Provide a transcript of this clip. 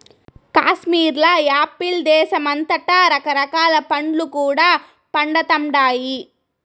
కాశ్మీర్ల యాపిల్ దేశమంతటా రకరకాల పండ్లు కూడా పండతండాయి